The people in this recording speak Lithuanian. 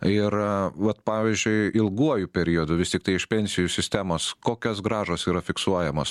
ir vat pavyzdžiui ilguoju periodu vis tiktai iš pensijų sistemos kokias grąžos yra fiksuojamos